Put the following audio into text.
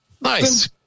Nice